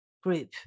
group